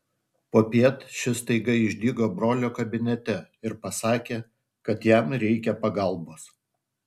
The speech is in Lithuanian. popiet šis staiga išdygo brolio kabinete ir pasakė kad jam reikia pagalbos